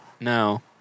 No